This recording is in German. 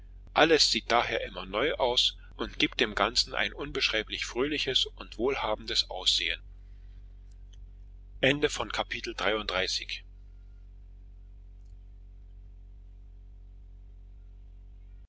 alles sieht daher immer neu aus und gibt dem ganzen ein unbeschreiblich fröhliches und wohlhabendes aussehen